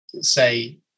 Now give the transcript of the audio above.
Say